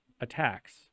attacks